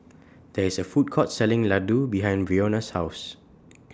There IS A Food Court Selling Ladoo behind Brionna's House